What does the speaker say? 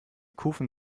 kufen